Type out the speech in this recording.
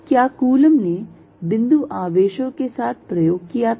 क्या कूलॉम ने बिंदु आवेशों के साथ प्रयोग किया था